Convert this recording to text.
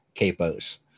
capos